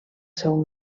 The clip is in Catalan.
seu